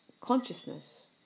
consciousness